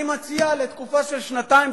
אני מציע לתקופה של שנתיים,